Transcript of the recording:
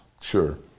Sure